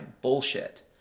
bullshit